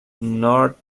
north